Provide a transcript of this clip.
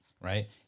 right